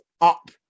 up